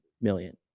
million